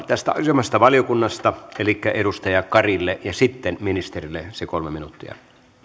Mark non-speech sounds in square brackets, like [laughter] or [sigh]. [unintelligible] tästä asianomaisesta valiokunnasta elikkä edustaja karille joka nousi tomerasti ylös ja sitten ministerille se kolme minuuttia